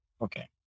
okay